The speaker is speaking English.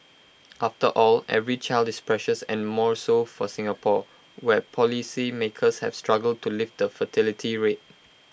after all every child is precious and more so for Singapore where policymakers have struggled to lift the fertility rate